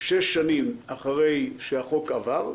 שש שנים אחרי שהחוק עבר,